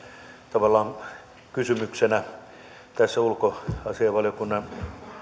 tavallaan kysymys tässä ulkoasiainvaliokunnan